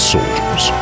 Soldiers